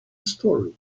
story